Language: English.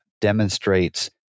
demonstrates